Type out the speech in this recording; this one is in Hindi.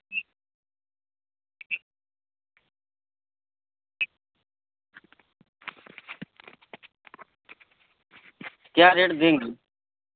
क्या रेट देंगे